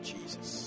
Jesus